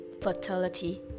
fertility